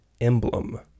emblem